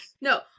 No